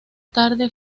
tarde